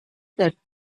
that